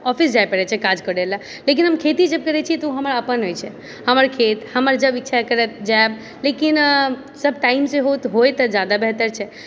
office जाए पड़ै छै काज करैला लेकिन हम खेती जब करै छियै तऽ ओ हमर अपन होइ छै हमर खेत हमर जब इच्छा करत जाएब लेकिन सब टाइमसँ होइ तऽ जादा बेहतर छै